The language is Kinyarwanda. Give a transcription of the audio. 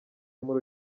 muri